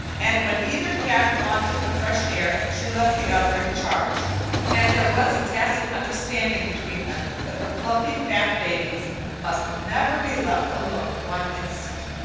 and when either cat wanted the fresh air she left the other in charge and there was a tacit understanding between them that the fluffy, fat babies must never be left alone one instant.